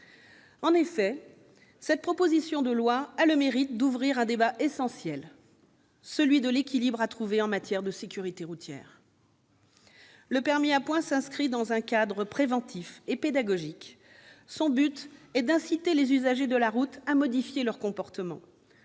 sincèrement. Cette proposition de loi a le mérite d'ouvrir le débat essentiel de l'équilibre à trouver en matière de sécurité routière. Le permis à points s'inscrit dans un cadre préventif et pédagogique, son but est d'inciter les usagers de la route à modifier leur comportement.